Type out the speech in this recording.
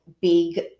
big